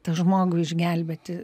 tą žmogų išgelbėti